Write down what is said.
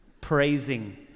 praising